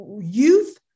youth